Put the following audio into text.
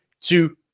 two